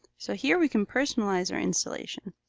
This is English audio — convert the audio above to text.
so here we can personalize our installation.